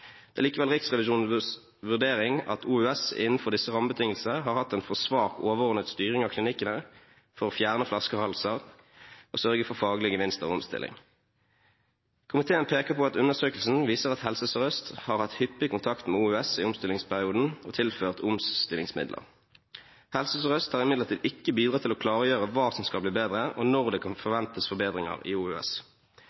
Det er likevel Riksrevisjonens vurdering at OUS innenfor disse rammebetingelsene har hatt en for svak overordnet styring av klinikkene for å fjerne flaskehalser og sørge for faglige gevinster av omstilling. Komiteen peker på at undersøkelsen viser at HSØ har hatt hyppig kontakt med OUS i omstillingsperioden og tilført omstillingsmidler. HSØ har imidlertid ikke bidratt til å klargjøre hva som skal bli bedre, og når det kan forventes forbedringer i OUS. Uten en plan for